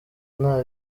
nta